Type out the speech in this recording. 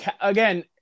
again